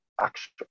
action